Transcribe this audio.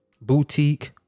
boutique